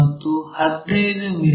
ಮತ್ತು 15 ಮಿ